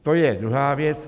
To je druhá věc.